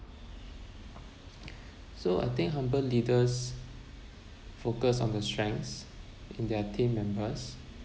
so I think humble leaders focus on the strengths in their team members